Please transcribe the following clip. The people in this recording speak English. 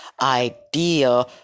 idea